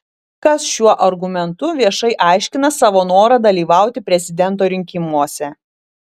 kas šiuo argumentu viešai aiškina savo norą dalyvauti prezidento rinkimuose